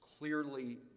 clearly